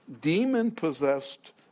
demon-possessed